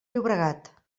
llobregat